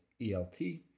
ELT